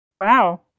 Wow